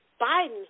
Biden